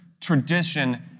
tradition